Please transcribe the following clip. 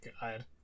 God